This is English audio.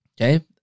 Okay